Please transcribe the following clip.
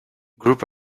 group